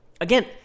again